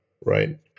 right